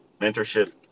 mentorship